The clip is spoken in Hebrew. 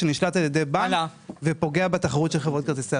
שנשלט על ידי בנק ופוגע בתחרות של חברות כרטיסי האשראי.